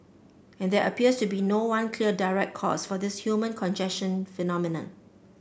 and there appears to be no one clear direct cause for this human congestion phenomenon